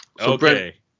Okay